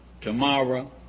tomorrow